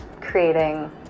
creating